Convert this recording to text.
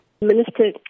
Minister